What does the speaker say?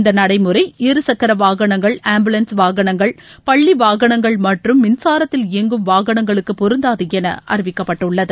இந்த நடைமுறை இரு சக்கர வாகனங்கள் ஆம்புலன்ஸ் வாகனங்கள் பள்ளி வாகனங்கள் மற்றும் மின்சாரத்தில் இயங்கும் வாகனங்களுக்கு பொருந்தாது என அறிவிக்கப்பட்டுள்ளது